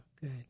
Good